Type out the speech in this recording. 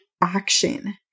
action